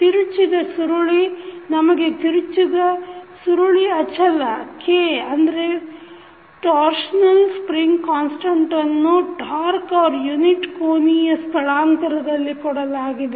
ತಿರುಚಿದ ಸುರುಳಿ ನಮಗೆ ತಿರುಚಿದ ಸುರುಳಿ ಅಚಲ K ಯನ್ನು ಟಾರ್ಕಯುನಿಟ್ ಕೋನೀಯ ಸ್ಥಳಾಂತರದಲ್ಲಿ ಕೊಡಲಾಗಿದೆ